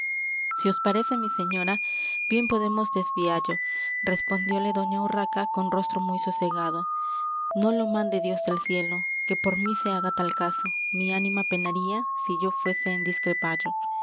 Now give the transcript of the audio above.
si os parece mi señora bien podemos desviallo respondióle doña urraca con rostro muy sosegado no lo mande dios del cielo que por mí se haga tal caso mi ánima penaría si yo fuese en discrepallo